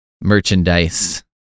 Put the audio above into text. Merchandise